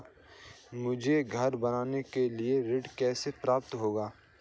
मुझे घर बनवाने के लिए ऋण कैसे प्राप्त होगा?